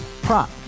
Prop